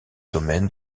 domaine